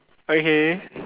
okay